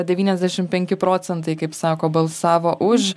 devyniasdešimt penki procentai kaip sako balsavo už